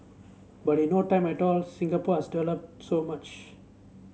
but in no time at all Singapore has developed so much